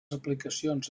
aplicacions